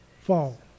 fall